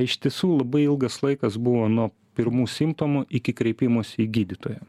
iš tiesų labai ilgas laikas buvo nuo pirmų simptomų iki kreipimosi į gydytoją